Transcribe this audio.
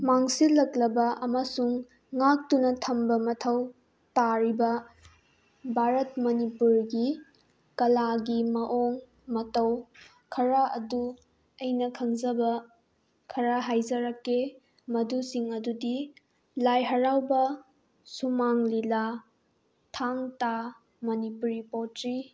ꯃꯥꯡꯁꯤꯜꯂꯛꯂꯕ ꯑꯃꯁꯨꯡ ꯉꯥꯛꯇꯨꯅ ꯊꯝꯕ ꯃꯊꯧ ꯇꯥꯔꯤꯕ ꯚꯥꯔꯠ ꯃꯅꯤꯄꯨꯔꯒꯤ ꯀꯂꯥꯒꯤ ꯃꯑꯣꯡ ꯃꯇꯧ ꯈꯔ ꯑꯗꯨ ꯑꯩꯅ ꯈꯪꯖꯕ ꯈꯔ ꯍꯥꯏꯖꯔꯛꯀꯦ ꯃꯗꯨꯁꯤꯡ ꯑꯗꯨꯗꯤ ꯂꯥꯏ ꯍꯔꯥꯎꯕ ꯁꯨꯃꯥꯡ ꯂꯤꯂꯥ ꯊꯥꯡ ꯇꯥ ꯃꯅꯤꯄꯨꯔꯤ ꯄꯣꯇ꯭ꯔꯤ